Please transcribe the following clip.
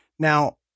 Now